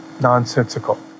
nonsensical